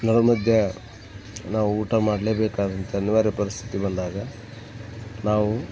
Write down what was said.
ನಡುಮಧ್ಯ ನಾವು ಊಟ ಮಾಡಲೇಬೇಕಾದಂತ ಅನಿವಾರ್ಯ ಪರಿಸ್ಥಿತಿ ಬಂದಾಗ ನಾವು